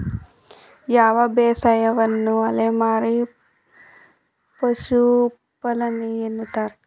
ಯಾವ ಬೇಸಾಯವನ್ನು ಅಲೆಮಾರಿ ಪಶುಪಾಲನೆ ಎನ್ನುತ್ತಾರೆ?